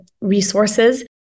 resources